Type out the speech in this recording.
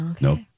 Nope